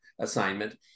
assignment